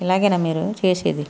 ఇలాగేనా మీరు చేసేది